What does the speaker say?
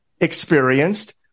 experienced